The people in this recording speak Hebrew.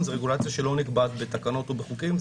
זה רגולציה שלא נקבעת בתקנות או בחוקים,